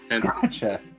Gotcha